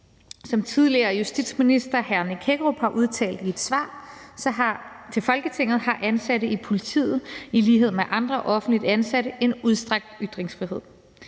Som tidligere justitsminister hr. Nick Hækkerup har udtalt i et svar til Folketinget, har ansatte i politiet i lighed med andre offentligt ansatte en udstrakt ytringsfrihed.